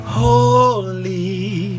holy